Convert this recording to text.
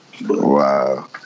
Wow